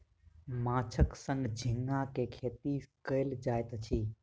माँछक संग झींगा के खेती कयल जाइत अछि